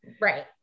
Right